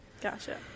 Gotcha